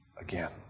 again